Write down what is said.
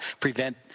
prevent